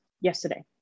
yesterday